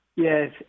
Yes